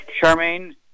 Charmaine